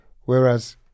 Whereas